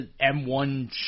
M1